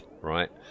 right